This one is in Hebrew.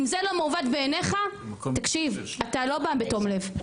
אם זה לא מעוות בעיניך, תקשיב, אתה לא בא בתום לב.